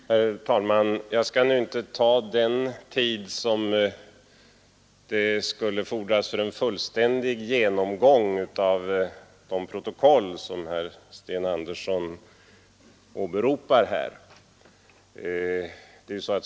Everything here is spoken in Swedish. Herr talman! Jag skall inte ta den tid i anspråk som skulle fordras för en fullständig genomgång av de protokoll som herr Sten Andersson här åberopar.